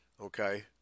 Okay